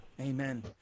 Amen